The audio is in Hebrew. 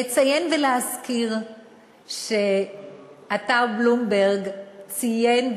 לציין ולהזכיר שאתר בלומברג ציין,